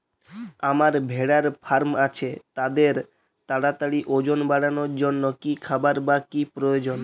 আমার ভেড়ার ফার্ম আছে তাদের তাড়াতাড়ি ওজন বাড়ানোর জন্য কী খাবার বা কী প্রয়োজন?